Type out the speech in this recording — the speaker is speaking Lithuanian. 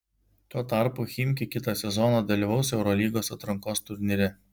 tuo tarpu chimki kitą sezoną dalyvaus eurolygos atrankos turnyre